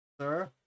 sir